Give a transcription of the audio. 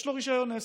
יש לו רישיון עסק.